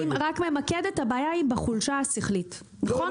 אני רק ממקדת, הבעיה היא בחולשה השכלית, נכון?